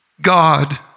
God